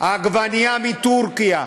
עגבנייה מטורקיה,